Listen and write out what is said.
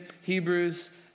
Hebrews